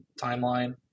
timeline